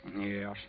Yes